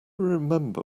remember